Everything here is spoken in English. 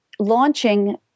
launching